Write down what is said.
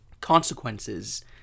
consequences